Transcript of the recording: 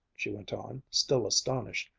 she went on, still astonished,